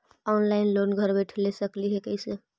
Online loan घर बैठे ले सकली हे, कैसे?